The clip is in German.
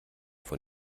von